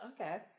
Okay